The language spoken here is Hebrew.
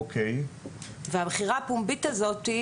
ובמכירה הפומבית הזאת,